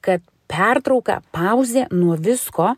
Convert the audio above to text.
kad pertrauka pauzė nuo visko